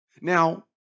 Now